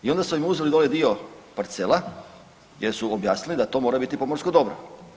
I onda su im uzeli dole dio parcela gdje su objasnili da to mora biti pomorsko dobro.